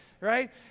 right